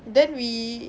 then we